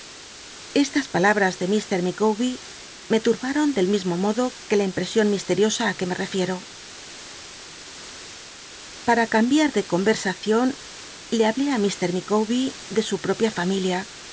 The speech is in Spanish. estas palabras de mr micawbcr me lmbaion del mismo modo quo in impesion mistcl'iosa í que me rcfieo para cambiar de comersacion le hablé á m micawbc de su pl'opia familia